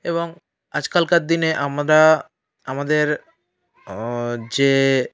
এবং আজকালকার দিনে আমরা আমাদের যে